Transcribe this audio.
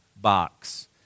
box